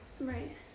Right